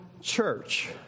church